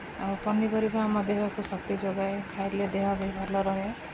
ଆଉ ପନିପରିବା ଆମ ଦେହକୁ ଶକ୍ତି ଯୋଗାଏ ଖାଇଲେ ଦେହ ବି ଭଲ ରୁହେ